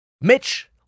Mitch